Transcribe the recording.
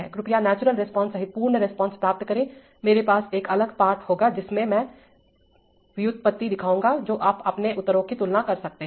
कृपया natural response सहित पूर्ण रिस्पांस प्राप्त करें मेरे पास एक अलग पाठ होगा जिसमें मैं व्युत्पत्ति दिखाऊंगा जो आप अपने उत्तरों की तुलना कर सकते हैं